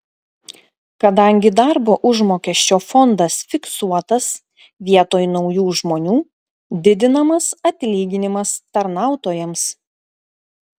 kadangi darbo užmokesčio fondas fiksuotas vietoj naujų žmonių didinamas atlyginimas tarnautojams